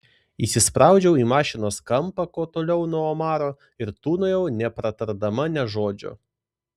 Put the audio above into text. įsispraudžiau į mašinos kampą kuo toliau nuo omaro ir tūnojau nepratardama nė žodžio